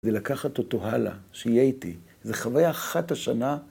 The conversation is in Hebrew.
זה לקחת אותו הלאה, שיהיה איתי, זה חוויה אחת השנה.